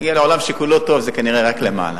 להגיע לעולם שכולו טוב, זה כנראה רק למעלה.